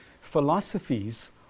philosophies